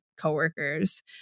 coworkers